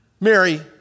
Mary